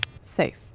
Safe